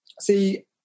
See